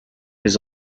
les